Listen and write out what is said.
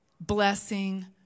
blessing